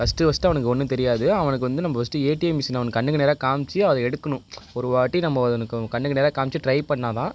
first first அவனுக்கு ஒன்றும் தெரியாது அவனுக்கு வந்து நம்ம ஃபஸ்ட் ஏடிஎம் மிஷினை அவனுக்கு கண்ணுக்கு நேராக காமிச்சி அதை எடுக்கணும் ஒருவாட்டி நம்ம அவனுக்கு கண்ணுக்கு நேராக காமிச்சி ட்ரை பண்ணால்தான்